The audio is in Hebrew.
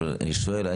אבל אני שואל,